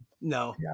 No